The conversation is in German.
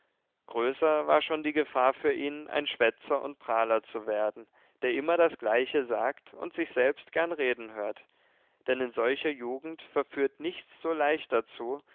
größer war schon die gefahr für ihn ein schwätzer und prahler zu werden der immer das gleiche sagt und sich selbst gern reden hört denn in solcher jugend verführt nichts so leicht dazu